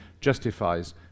justifies